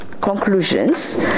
conclusions